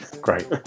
great